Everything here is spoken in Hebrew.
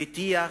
בטיח,